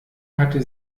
hatte